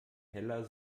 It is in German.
heller